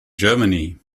germany